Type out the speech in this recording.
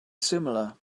similar